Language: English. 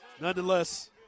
Nonetheless